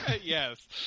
Yes